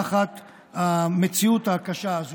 תחת המציאות הקשה הזו.